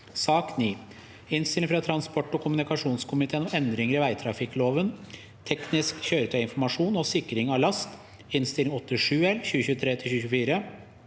2023 Innstilling fra transport- og kommunikasjonskomiteen om Endringer i vegtrafikkloven (teknisk kjøretøyinformasjon og sikring av last) (Innst. 87 L (2023–2024),